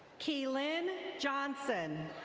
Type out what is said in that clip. keylynn johnson.